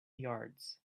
yards